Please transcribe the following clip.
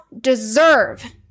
deserve